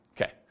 Okay